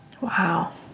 Wow